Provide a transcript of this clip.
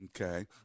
Okay